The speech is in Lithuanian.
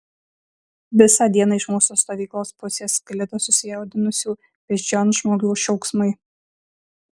visą dieną iš mūsų stovyklos pusės sklido susijaudinusių beždžionžmogių šauksmai